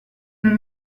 non